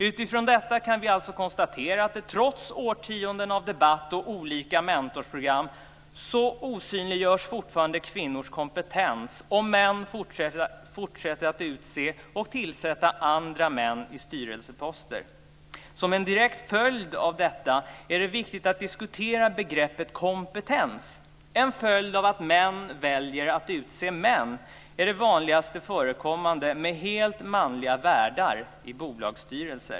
Utifrån detta kan vi alltså konstatera att trots årtionden av debatt och olika mentorsprogram osynliggörs fortfarande kvinnors kompetens. Och män fortsätter att utse och tillsätta andra män till styrelseposter. Som en direkt följd av detta är det viktigt att diskutera begreppet kompetens. En följd av att män väljer att utse män är att det är vanligt förekommande med helt manliga världar i bolagsstyrelser.